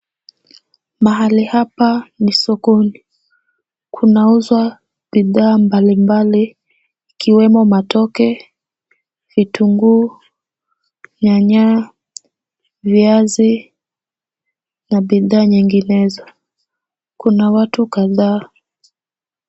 Mahali hapa ni sokoni, kunauzwa bidhaa mbali mbali ikiwemo matoke, vitunguu, nyanya, viazi na bidhaa nyinginezo. Kuna watu kadhaa.